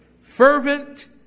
Fervent